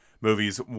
movies